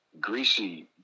greasy